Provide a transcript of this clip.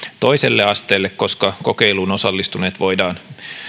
toiselle asteelle koska kokeiluun osallistuneet voidaan